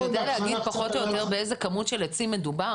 אתה יודע להגיד פחות או יותר באיזה כמות של עצים מדובר?